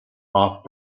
off